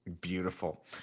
beautiful